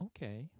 Okay